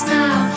now